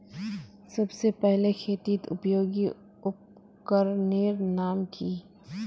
सबसे पहले खेतीत उपयोगी उपकरनेर नाम की?